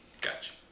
Gotcha